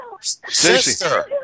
Sister